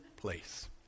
place